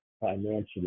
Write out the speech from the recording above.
financially